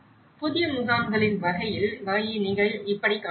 புதிய முகாம்களின் வகையை நீங்கள் இப்படி காணலாம்